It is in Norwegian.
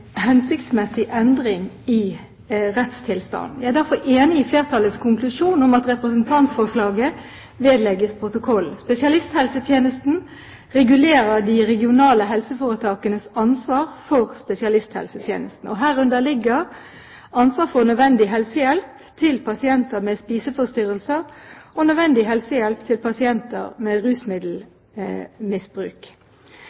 hensiktsmessig endring i rettstilstanden. Jeg er derfor enig i flertallets konklusjon, at representantforslaget vedlegges protokollen. Spesialisthelsetjenesteloven regulerer de regionale helseforetakenes ansvar for spesialisthelsetjenesten. Herunder ligger ansvar for nødvendig helsehjelp til pasienter med spiseforstyrrelser og nødvendig helsehjelp til pasienter med